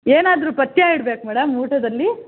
ಏನಾದರೂ ಪಥ್ಯ ಇಡ್ಬೇಕು ಮೇಡಮ್ ಊಟದಲ್ಲಿ